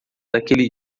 daquele